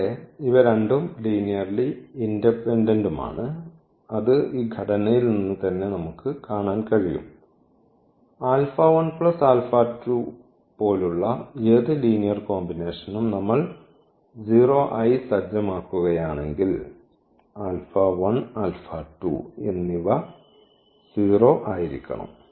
കൂടാതെ ഇവ രണ്ടും ലീനിയർലി ഇൻഡിപെൻഡൻസ്ഡാണ് അത് ഘടനയിൽ നിന്ന് തന്നെ നമുക്ക് കാണാൻ കഴിയും പോലുള്ള ഏത് ലീനിയർകോമ്പിനേഷനും നമ്മൾ 0 ആയി സജ്ജമാക്കുകയാണെങ്കിൽ എന്നിവ 0 ആയിരിക്കണം